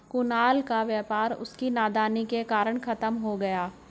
कुणाल का व्यापार उसकी नादानी के कारण खत्म हो गया